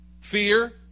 fear